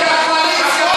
רק עם ערבים.